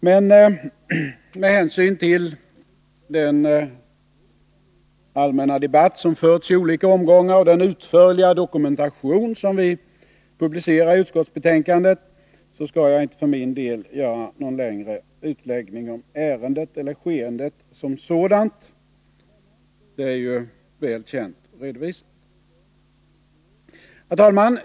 Men med hänsyn till den allmänna debatt som förts i olika omgångar och den utförliga dokumentation som vi publicerar i utskottsbetänkandet skall jag inte göra någon längre utläggning om ärendet eller skeendet som sådant. Det är ju väl känt och redovisat. Herr talman!